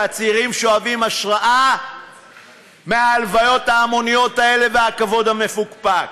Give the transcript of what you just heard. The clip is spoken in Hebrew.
והצעירים שואבים השראה מההלוויות ההמוניות האלה ומהכבוד המפוקפק.